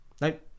Nope